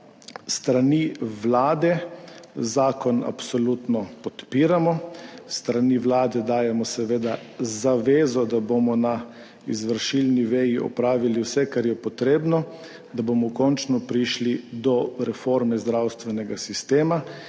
strani Vlade zakon absolutno podpiramo. S strani Vlade dajemo seveda zavezo, da bomo na izvršilni veji opravili vse kar je potrebno, da bomo končno prišli do reforme zdravstvenega sistema